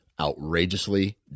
Outrageously